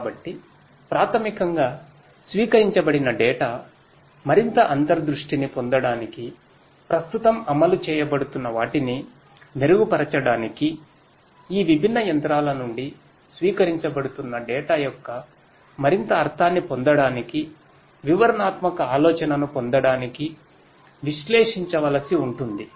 కాబట్టి ప్రాథమికంగా స్వీకరించబడిన డేటా యొక్క మరింత అర్ధాన్ని పొందడానికి వివరణాత్మక ఆలోచనను పొందడానికి విశ్లేషించవలసి ఉంటుంది